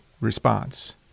response